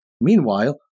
Meanwhile